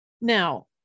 Now